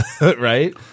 right